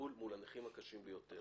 מול הנכים הקשים ביותר